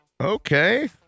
Okay